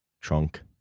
trunk